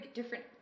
different